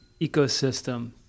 ecosystem